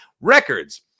records